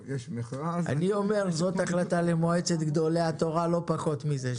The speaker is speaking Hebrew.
אני אומר זאת החלטה למועצת גדולי התורה לא פחות מזה,